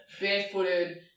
barefooted